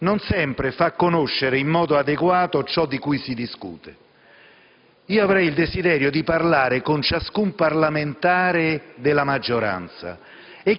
non sempre fanno conoscere in modo adeguato ciò di cui si discute. Avrei il desiderio di parlare con ciascun parlamentare della maggioranza